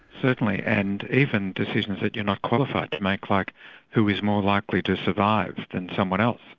certainly. and even decisions that you're not qualified to make, like who is more likely to survive than someone else?